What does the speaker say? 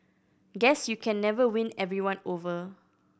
guess you can never win everyone over